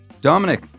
Dominic